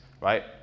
right